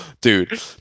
Dude